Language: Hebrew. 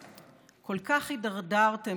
כל כך הידרדרתם,